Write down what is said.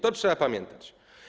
To trzeba pamiętać.